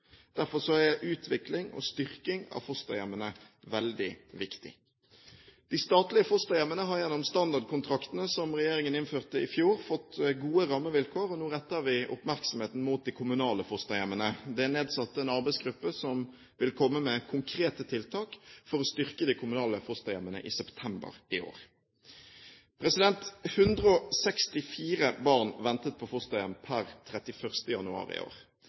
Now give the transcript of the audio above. Derfor er utvikling og styrking av fosterhjemmene veldig viktig. De statlige fosterhjemmene har gjennom standardkontraktene, som regjeringen innførte i fjor, fått gode rammevilkår, og nå retter vi oppmerksomheten mot de kommunale fosterhjemmene. Det er nedsatt en arbeidsgruppe som i september i år vil komme med konkrete tiltak for å styrke de kommunale fosterhjemmene. 164 barn ventet på fosterhjem per 31. januar i år.